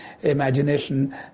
imagination